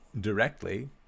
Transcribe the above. Directly